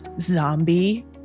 Zombie